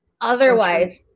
otherwise